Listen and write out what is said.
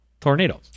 tornadoes